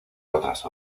otras